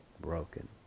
broken